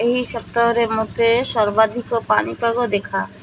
ଏହି ସପ୍ତାହରେ ମୋତେ ସର୍ବାଧିକ ପାଣିପାଗ ଦେଖା